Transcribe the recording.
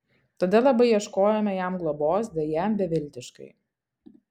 tada labai ieškojome jam globos deja beviltiškai